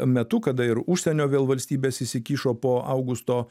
metu kada ir užsienio vėl valstybės įsikišo po augusto